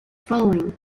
following